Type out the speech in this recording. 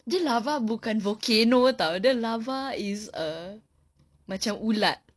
dia larva bukan volcano tahu dia larva is err macam ulat